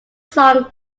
song